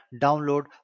download